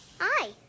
Hi